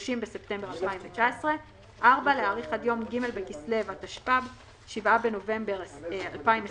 (30 בספטמבר 2019). (4)להאריך עד יום ג' בכסלו התשפ"ב (7 בנובמבר 2021)